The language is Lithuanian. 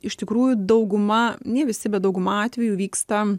iš tikrųjų dauguma ne visi bet dauguma atvejų vyksta